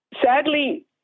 sadly